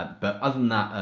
but, other than that,